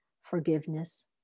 forgiveness